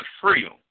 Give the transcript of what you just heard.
freedom